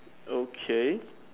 okay